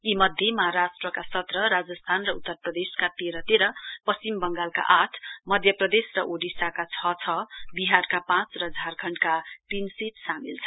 यीमध्ये महाराष्ट्रका सत्र राजस्थान र उत्तर प्रदेशका तेह्र तेह्र पश्चिम बंगालका आठ मध्यप्रदेश र ओडिसाका छ छ बिहारका पाँच र झारखण्डका तीन सीट् सामेल छन्